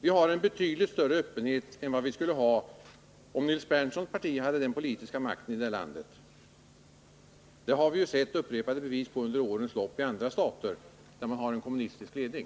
Vi har en betydligt större öppenhet än vad vi skulle ha om Nils Berndtsons parti hade den politiska makten i landet. Det har vi ju sett upprepade bevis på under årens lopp i andra stater, där man har en kommunistisk ledning.